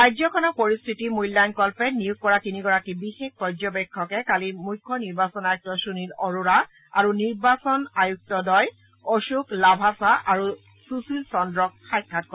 ৰাজ্যখনৰ পৰিস্থিতি মল্যাংয়ণ কল্পে নিয়োগ কৰা তিনিগৰাকী বিশেষ পৰ্যবেক্ষকে কালি মুখ্য নিৰ্বাচন আয়ুক্ত সুনীল আৰোৰা আৰু নিৰ্বাচন আয়ুক্তদ্বয় অশোক লাভাচা আৰু সুশীল চদ্ৰক সাক্ষাৎ কৰে